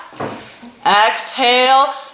exhale